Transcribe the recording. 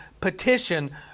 petition